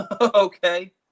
okay